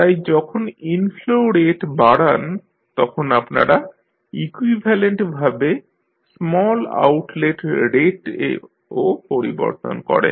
তাই যখন inflow rate বাড়ান তখন আপনারা ইকুইভ্যালেন্টভাবে স্মল আউটলেট রেট ও পরিবর্তন করেন